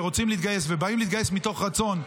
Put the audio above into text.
שרוצים להתגייס ובאים להתגייס מתוך רצון.